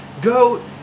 goat